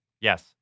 Yes